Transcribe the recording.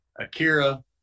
Akira